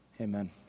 amen